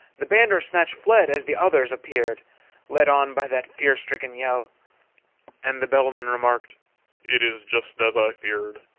the bandersnatch fled as the others appeared led on by that fear-stricken yell and the bellman remarked it is just as i feared!